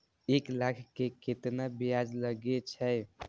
एक लाख के केतना ब्याज लगे छै?